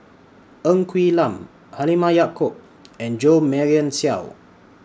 Ng Quee Lam Halimah Yacob and Jo Marion Seow